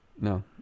no